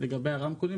לגבי המיקרופונים.